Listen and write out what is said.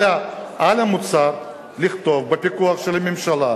לכתוב על המוצר שהוא בפיקוח של הממשלה,